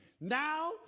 Now